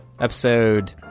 Episode